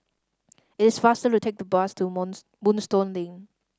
it's faster to take the bus to Month Moonstone Lane